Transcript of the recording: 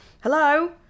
Hello